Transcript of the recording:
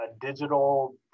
digital